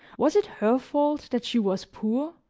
was it her fault that she was poor?